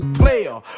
player